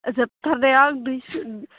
जोबथारनायाव दुइस'